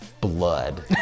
Blood